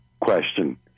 question